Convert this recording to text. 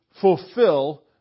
fulfill